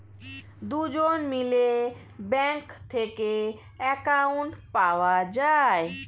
দুজন মিলে ব্যাঙ্ক থেকে অ্যাকাউন্ট পাওয়া যায়